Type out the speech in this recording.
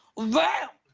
wow.